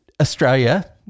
Australia